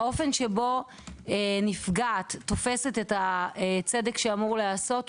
האופן שבו נפגעת תופסת את הצדק שאמור להיעשות,